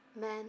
men